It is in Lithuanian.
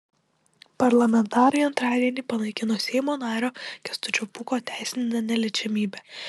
parlamentarai antradienį panaikino seimo nario kęstučio pūko teisinę neliečiamybę